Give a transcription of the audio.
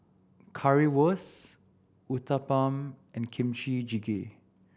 Currywurst Uthapam and Kimchi Jjigae